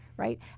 Right